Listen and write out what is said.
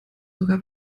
sogar